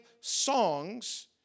songs